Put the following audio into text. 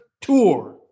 tour